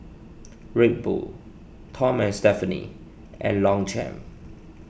Red Bull Tom and Stephanie and Longchamp